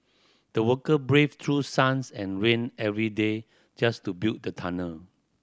the worker braved through suns and rain every day just to build the tunnel